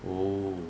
oh